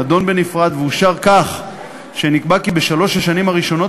נדון בנפרד ואושר כך שנקבע כי בשלוש השנים הראשונות